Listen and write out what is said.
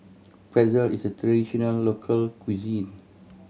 pretzel is a traditional local cuisine